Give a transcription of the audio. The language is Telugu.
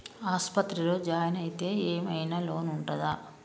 ఆస్పత్రి లో జాయిన్ అయితే ఏం ఐనా లోన్ ఉంటదా?